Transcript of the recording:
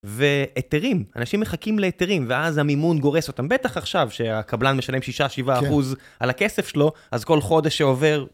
והיתרים אנשים מחכים להתרים ואז המימון גורס אותם בטח עכשיו שהקבלן משלם 6-7% על הכסף שלו אז כל חודש שעובר.